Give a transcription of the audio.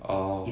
orh